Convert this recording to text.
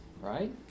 right